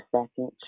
second